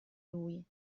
lui